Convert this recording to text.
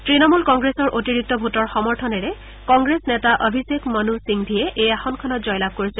তৃণমূল কংগ্ৰেছৰ অতিৰিক্ত ভোটৰ সমৰ্থনৰ সৈতে কংগ্ৰেছৰ নেতা অভিশেখ মনু সিংভিয়ে এই আসনখনত জয়লাভ কৰিছে